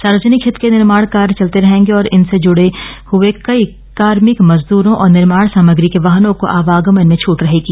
सार्वजनिक हित के निर्माण कार्य चलते रहेंगे और इनसे जूड़े हए कार्मिक मजदूरों और निर्माण सामग्री के वाहनों को आवागमन में छट रहेगी